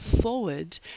forward